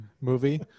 movie